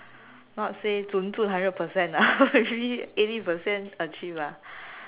not say zhun zhun hundred percent lah actually eighty percent achieve lah